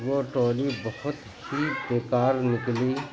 وہ ٹرالی بہت ہی بیکار نکلی